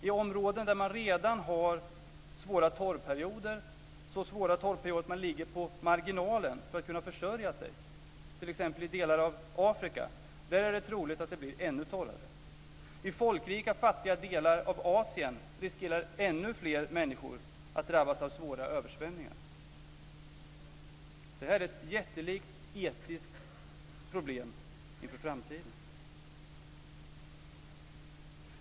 I områden där man redan har så svåra torrperioder att man ligger på marginalen för att kunna försörja sig, t.ex. i delar av Afrika, är det troligt att det blir ännu torrare. I folkrika och fattiga delar av Asien riskerar ännu fler människor att drabbas av svåra översvämningar. Det här är ett jättelikt etiskt problem för framtiden.